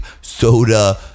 Soda